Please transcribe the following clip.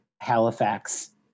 Halifax